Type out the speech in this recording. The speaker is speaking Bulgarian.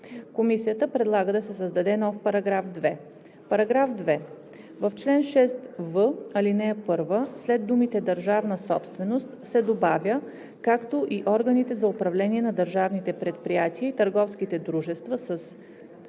„Комисията предлага да се създаде нов § 2: „§ 2. В чл. 6в, ал. 1 след думите „държавна собственост,“ се добавя „както и органите за управление на държавните предприятия и търговските дружествата със